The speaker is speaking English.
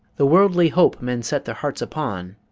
the worldly hope men set their hearts upon